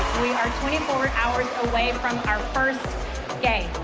we are twenty four hours away from our first game.